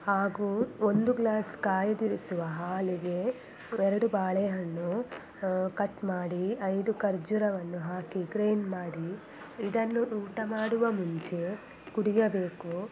ಹಾಗೂ ಒಂದು ಗ್ಲಾಸ್ ಕಾಯ್ದಿರಿಸುವ ಹಾಲಿಗೆ ಎರಡು ಬಾಳೆಹಣ್ಣು ಕಟ್ ಮಾಡಿ ಐದು ಖರ್ಜೂರವನ್ನು ಹಾಕಿ ಗ್ರೈಂಡ್ ಮಾಡಿ ಇದನ್ನು ಊಟ ಮಾಡುವ ಮುಂಚೆ ಕುಡಿಯಬೇಕು